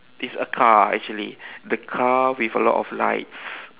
it's a car actually the car with a lot of lights